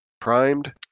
Primed